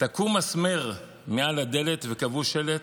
תקעו מסמר מעל הדלת וקבעו שלט: